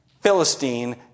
Philistine